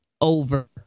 over